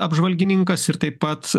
apžvalgininkas ir taip pat